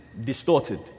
distorted